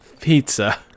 pizza